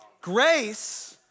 Grace